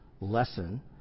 lesson